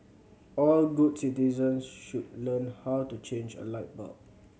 all good citizens should learn how to change a light bulb